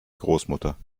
großmutter